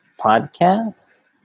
podcasts